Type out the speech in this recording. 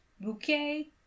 bouquet